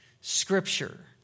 scripture